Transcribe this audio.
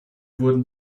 wurden